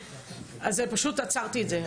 אני פשוט עצרתי את זה,